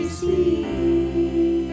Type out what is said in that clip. see